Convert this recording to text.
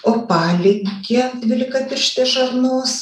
opaligė dvylikapirštės žarnos